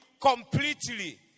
completely